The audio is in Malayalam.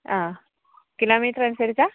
ആഹ് കിലോമീറ്റർ അനുസരിച്ചാണോ